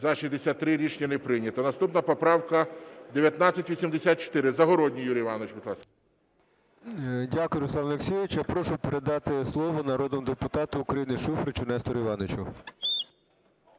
За-63 Рішення не прийнято. Наступна поправка 1984. Загородній Юрій Іванович, будь ласка. 10:43:53 ЗАГОРОДНІЙ Ю.І. Дякую, Руслан Олексійович. Я прошу передати слово народному депутату України Шуфричу Нестору Івановичу.